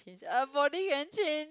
change a body can change